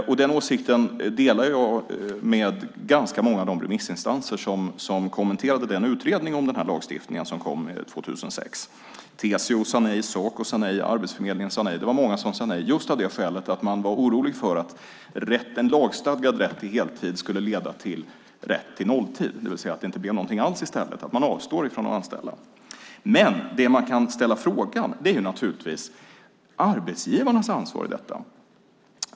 Den åsikten delar jag med ganska många av de remissinstanser som kommenterade den utredning om den här lagstiftningen som kom 2006. TCO sade nej, Saco sade nej och Arbetsförmedlingen sade nej. Det var många som sade nej, just av skälet att man var orolig för att en lagstadgad rätt till heltid skulle leda till rätt till nolltid, det vill säga att det inte blir någonting alls i stället, att man avstår från att anställa. Den fråga man kan ställa handlar naturligtvis om arbetsgivarnas ansvar i detta.